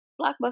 Blockbuster